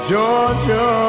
Georgia